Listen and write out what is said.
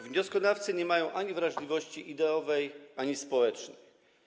Wnioskodawcy nie mają ani wrażliwości ideowej, ani społecznej.